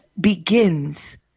begins